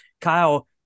Kyle